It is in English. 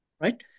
right